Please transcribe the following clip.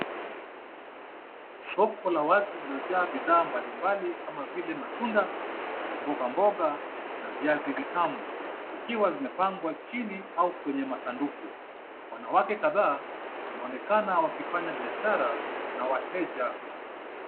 Soko la wazi lililojaa bidhaa mbalimbali kama vile matunda, mboga mboga na viazi vitamu, zikiwa zimepangwa chini au kwenye masanduku. Wanawake kadhaa wanaonekana wakifanya biashara na wateja.